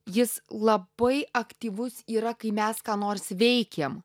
jis labai aktyvus yra kai mes ką nors veikiam